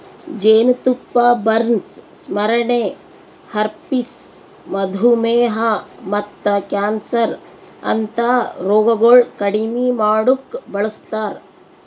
ಜೇನತುಪ್ಪ ಬರ್ನ್ಸ್, ಸ್ಮರಣೆ, ಹರ್ಪಿಸ್, ಮಧುಮೇಹ ಮತ್ತ ಕ್ಯಾನ್ಸರ್ ಅಂತಾ ರೋಗಗೊಳ್ ಕಡಿಮಿ ಮಾಡುಕ್ ಬಳಸ್ತಾರ್